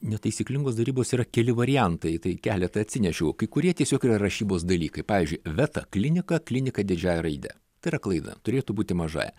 netaisyklingos darybos yra keli variantai tai keletą atsinešiau kai kurie tiesiog yra rašybos dalykai pavyzdžiui veta klinika klinika didžiąja raide tai yra klaida turėtų būti mažąja